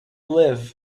liv